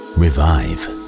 revive